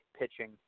pitching